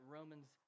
Romans